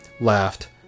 laughed